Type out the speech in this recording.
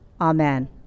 Amen